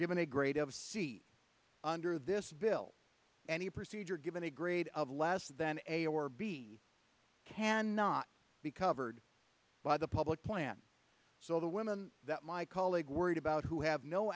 given a grade of c under this bill any procedure given a grade of less than a or b cannot be covered by the public plan so the women that my colleague worried about who have no